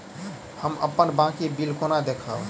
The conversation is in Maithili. हम अप्पन बाकी बिल कोना देखबै?